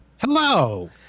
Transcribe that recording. Hello